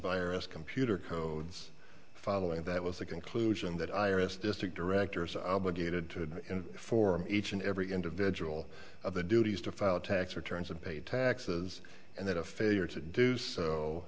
r s computer codes following that was the conclusion that iris district director is obligated to for each and every individual of the duties to file tax returns and pay taxes and that a failure to do so